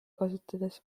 kasutades